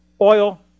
oil